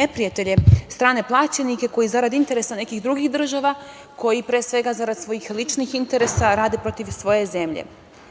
neprijatelje, strane plaćenike, koji zarad interesa nekih drugih država, koji pre svega zarad svojih ličnih interesa, rade protiv svoje zemlje.